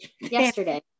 Yesterday